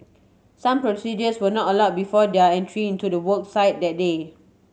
some procedures were not allow before their entry into the work site that day